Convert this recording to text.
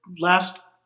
last